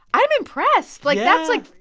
i'm impressed. like, that's, like,